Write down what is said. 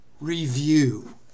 review